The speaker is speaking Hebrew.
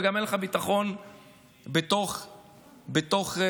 וגם אין לך ביטחון בתוך החברה,